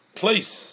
place